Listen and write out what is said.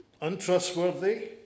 untrustworthy